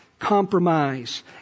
Compromise